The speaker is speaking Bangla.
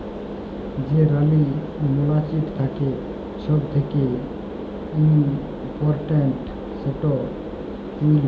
যে রালী মমাছিট থ্যাকে ছব থ্যাকে ইমপরট্যাল্ট, সেট কুইল বী